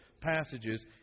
passages